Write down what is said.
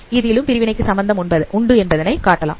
இதிலும் பிரிவினைக்கு சம்பந்தம் உண்டு என்பதை காட்டலாம்